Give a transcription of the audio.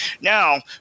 Now